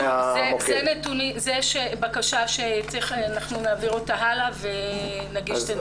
זאת בקשה שנעביר אותה הלאה ונגיש את הנתונים.